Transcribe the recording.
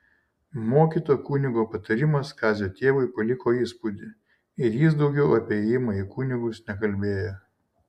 mokyto kunigo patarimas kazio tėvui paliko įspūdį ir jis daugiau apie ėjimą į kunigus nekalbėjo